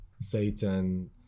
Satan